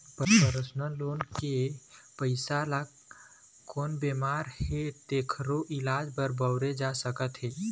personal loan के पइसा ल कोनो बेमार हे तेखरो इलाज म बउरे जा सकत हे